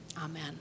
Amen